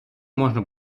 можна